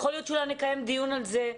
יכול להיות שאולי נקיים דיון על זה,